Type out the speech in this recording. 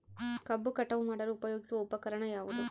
ಕಬ್ಬು ಕಟಾವು ಮಾಡಲು ಉಪಯೋಗಿಸುವ ಉಪಕರಣ ಯಾವುದು?